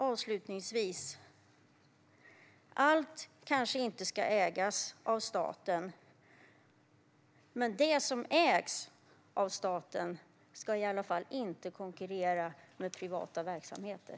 Avslutningsvis: Allt kanske inte ska ägas av staten, men det som ägs av staten ska i alla fall inte konkurrera med privata verksamheter.